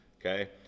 Okay